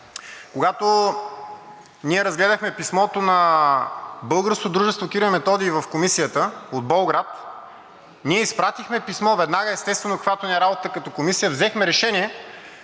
Когато ние разгледахме писмото на българското дружество „Кирил и Методий“ в Комисията – от Болград, ние изпратихме писмо веднага, естествено, каквато ни е работата като комисия. Взехме решение